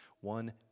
one